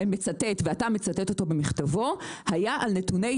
שאותו אתה מצטט, הציג במסמך זה את נתוני